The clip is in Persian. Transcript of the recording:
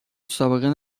سابقه